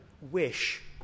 wish